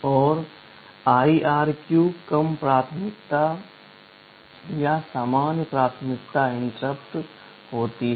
और IRQ कम प्राथमिकता या सामान्य प्राथमिकता इंटरप्ट होती है